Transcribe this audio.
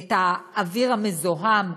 את האוויר המזוהם,